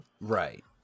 Right